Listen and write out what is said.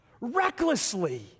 recklessly